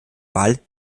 ball